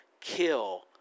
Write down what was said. kill